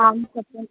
आं सत्यं